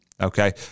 Okay